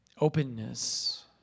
openness